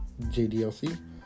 JDLC